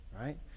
right